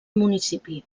municipi